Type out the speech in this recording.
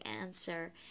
answer